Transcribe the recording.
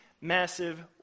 massive